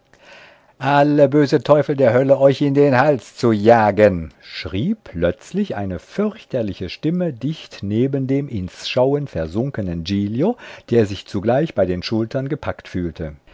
alle böse teufel der hölle euch in den hals zu jagen schrie plötzlich eine fürchterliche stimme dicht neben dem ins schauen versunkenen giglio der sich zugleich bei den schultern gepackt fühlte